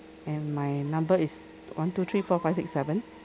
and my number is one two three four five six seven